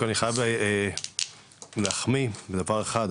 אני חייב להחמיא בדבר אחד,